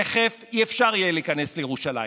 תכף לא יהיה אפשר להיכנס לירושלים.